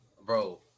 Bro